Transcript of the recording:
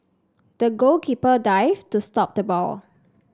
the goalkeeper dived to stop the ball